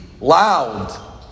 loud